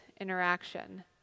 interaction